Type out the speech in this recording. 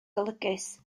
golygus